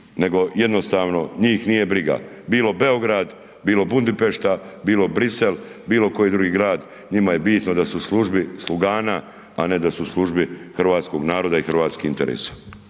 nego jednostavno njih nije briga, bilo Beograd, bilo Budimpešta, bilo Bruxelles, bilokoji drugi grad, njima je bitno da su u uslužni slugana a ne da su u službi hrvatskog naroda i hrvatskih interesa.